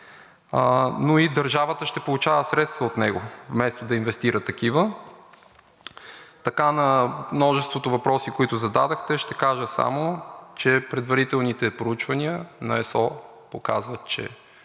но и държавата ще получава средства от него вместо да инвестира такива. Така на множеството въпроси, които зададохте, ще кажа само, че предварителните проучвания на ЕСО показват, че